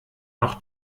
noch